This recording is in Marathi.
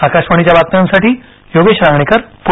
आकाशवाणीच्या बातम्यांसाठी योगेश रांगणेकर पुणे